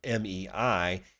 MEI